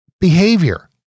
behavior